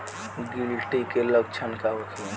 गिलटी के लक्षण का होखे?